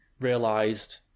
realised